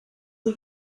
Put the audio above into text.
sie